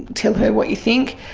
tell her what you think'.